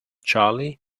charlie